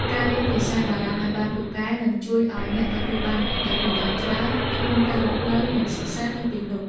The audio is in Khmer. ការរៀនភាសាបារាំងឱ្យបានពូកែនឹងជួយឱ្យអ្នកទទួលបានអត្ថប្រយោជន៍ច្រើនក្នុងការរស់នៅនិងសិក្សានៅទីនោះ។